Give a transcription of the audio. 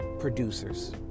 Producers